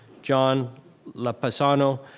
john lapasano,